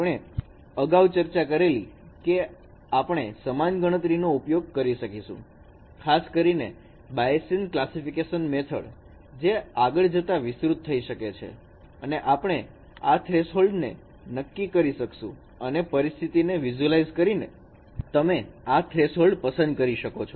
આપણે અગાઉ ચર્ચા કરેલી કે આપણે સમાન ગણતરી નો ઉપયોગ કરી શકીશું ખાસ કરીને બાએશિયન ક્લાસિફિકેશન મેથડ જે આગળ જતાં વિસ્તૃત થઈ શકે છે અને આપણે આ થ્રેશહોલ્ડ ને નક્કી કરી શકશુ અને પરિસ્થિતિ ને વિઝયુલાઈઝ કરીને તમે આ આ થ્રેશહોલ્ડ પસંદ કરી શકો છો